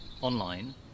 online